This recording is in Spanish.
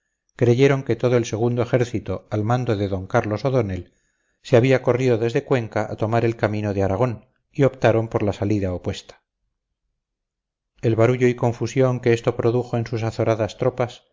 creyeron que todo el segundo ejército al mando de d carlos o'donnell se había corrido desde cuenca a tomar el camino de aragón y optaron por la salida opuesta el barullo y confusión que esto produjo en sus azoradas tropas